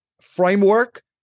framework